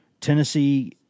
Tennessee